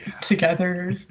together